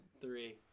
Three